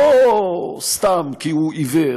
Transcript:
לא סתם כי הוא עיוור,